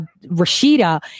Rashida